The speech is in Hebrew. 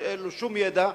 שאין לו שום ידע,